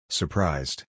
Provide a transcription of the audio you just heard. surprised